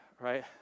right